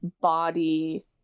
body